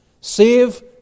Save